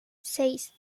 seis